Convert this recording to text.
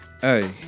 hey